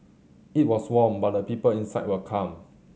it was warm but the people inside were calm